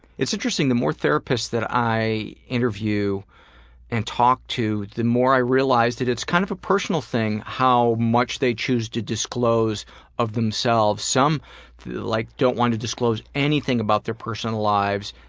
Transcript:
it's interesting the more therapists that i interview and talk to, the more i realize that it's kind of a personal thing how much they choose to disclose of themselves. some like don't want to disclose anything about their personal lives,